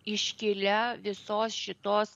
iškilia visos šitos